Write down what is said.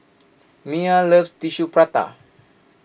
Miya loves Tissue Prata